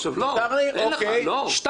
שתיים,